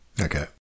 Okay